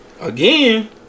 again